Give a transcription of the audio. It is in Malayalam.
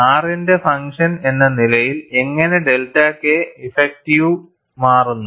R ന്റെ ഫങ്ക്ഷൻ എന്ന നിലയിൽ എങ്ങനെ ഡെൽറ്റ K ഇഫക്റ്റിവ് മാറുന്നു